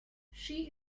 she